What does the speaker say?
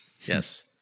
yes